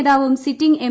നേതാവും sitting M